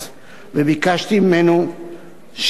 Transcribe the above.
וביקשתי ממנו שמשרדו,